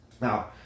Now